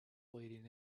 leading